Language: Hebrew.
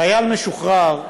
חייל משוחרר,